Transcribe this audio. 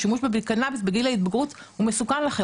שימוש בקנאביס בגיל ההתבגרות הוא מסוכן לכם,